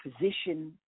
position